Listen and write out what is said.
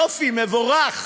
יופי, מבורך.